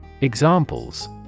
Examples